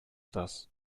das